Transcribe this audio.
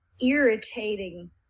irritating